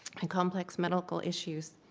and complex medical issues.